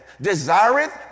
Desireth